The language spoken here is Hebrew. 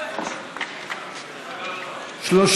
לא נתקבלה.